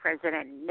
President